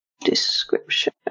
description